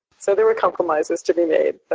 so there were compromises to be made, but